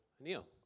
Neil